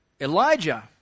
Elijah